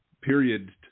Period